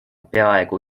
peaaegu